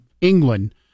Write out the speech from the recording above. England